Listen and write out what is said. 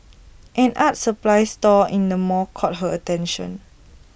an art supplies store in the mall caught her attention